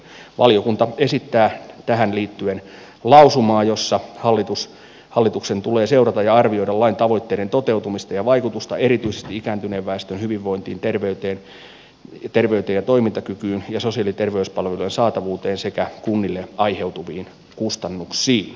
valiokunta esittää tähän liittyen lausumaa jossa hallituksen tulee seurata ja arvioida lain tavoitteiden toteutumista ja vaikutusta erityisesti ikääntyneen väestön hyvinvointiin terveyteen ja toimintakykyyn ja sosiaali ja terveyspalvelujen saatavuuteen sekä kunnille aiheutuviin kustannuksiin